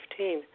2015